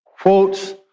quotes